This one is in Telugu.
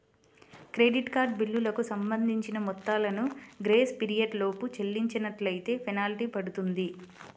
క్రెడిట్ కార్డు బిల్లులకు సంబంధించిన మొత్తాలను గ్రేస్ పీరియడ్ లోపు చెల్లించనట్లైతే ఫెనాల్టీ పడుతుంది